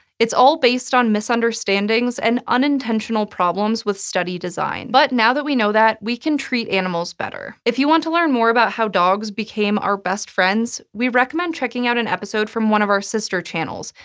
it's all based on misunderstandings and unintentional problems with study design. but now that we know that, we can treat animals better. if you want to learn more about how dogs became our best friends, we recommend checking out an episode from one of our sister channels,